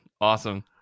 awesome